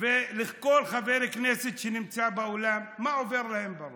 ושל כל חבר כנסת שנמצא באולם, מה עובר להם בראש,